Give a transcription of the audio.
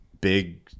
big